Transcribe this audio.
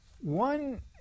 One